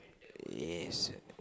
yes